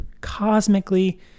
cosmically